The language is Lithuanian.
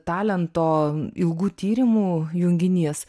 talento ilgų tyrimų junginys